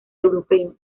europeo